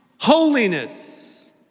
holiness